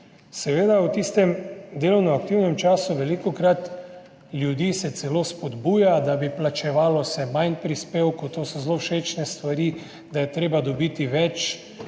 Seveda se v tistem delovno aktivnem času velikokrat ljudi celo spodbuja, da bi se plačevalo manj prispevkov, to so zelo všečne stvari, da je treba dobiti več